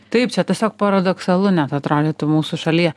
taip čia tiesiog paradoksalu net atrodytų mūsų šalyje